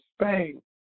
Spain